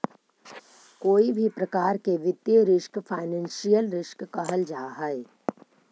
कोई भी प्रकार के वित्तीय रिस्क फाइनेंशियल रिस्क कहल जा हई